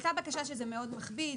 הועלתה בקשה שזה מאוד מכביד.